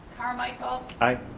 carmichael. i.